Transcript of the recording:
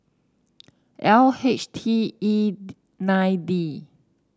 L H T E nine D